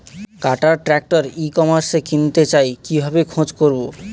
কাটার tractor e কমার্সে কিনতে চাই কিভাবে খোঁজ করো?